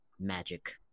magic